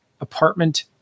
apartment